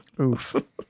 Oof